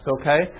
Okay